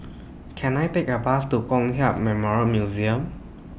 Can I Take A Bus to Kong Hiap Memorial Museum